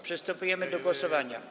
Przystępujemy do głosowania.